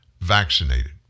vaccinated